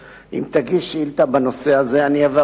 אקדמי,